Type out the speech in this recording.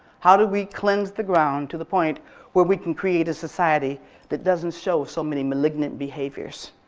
how do we cleanse the ground to the point where we can create a society that doesn't show so many malignant behaviors?